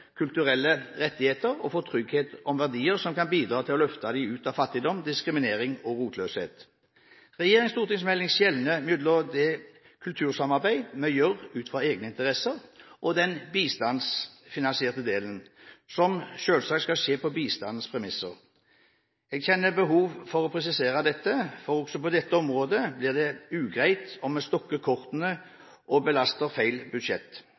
kulturelle rettigheter og får trygghet om verdier som kan bidra til å løfte dem ut av fattigdom, diskriminering og rotløshet. Regjeringens stortingsmelding skjelner mellom det kultursamarbeid vi gjør ut fra egne interesser, og den bistandsfinansierte delen, som selvsagt skal skje på bistandens premisser. Jeg kjenner behov for å presisere dette, for også på dette området blir det ugreit om vi stokker kortene og belaster feil budsjett.